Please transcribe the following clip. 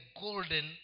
golden